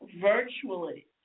virtually